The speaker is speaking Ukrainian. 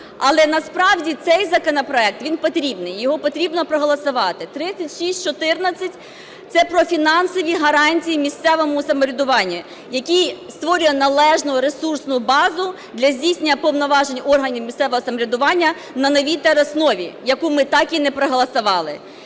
Але насправді цей законопроект, він потрібний, його потрібно проголосувати. 3614 – це про фінансові гарантії місцевому самоврядуванню, який створює належну ресурсну базу для здійснення повноважень органів місцевого самоврядування на новій тероснові, яку ми так і не проголосували.